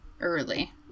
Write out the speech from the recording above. early